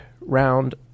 round